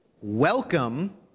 Welcome